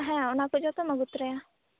ᱦᱮᱸ ᱚᱱᱟ ᱠᱚ ᱡᱚᱛᱚᱢ ᱟ ᱜᱩ ᱛᱚᱨᱟᱭᱟ